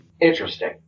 Interesting